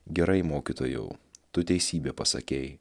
gerai mokytojau tu teisybę pasakei